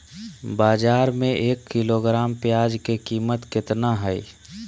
बाजार में एक किलोग्राम प्याज के कीमत कितना हाय?